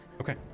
Okay